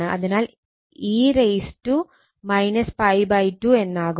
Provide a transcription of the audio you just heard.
അതിനാൽ e 𝜋 2 എന്നാകും